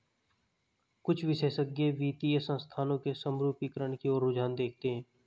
कुछ विशेषज्ञ वित्तीय संस्थानों के समरूपीकरण की ओर रुझान देखते हैं